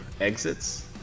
exits